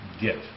gift